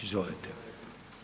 Izvolite.